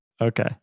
Okay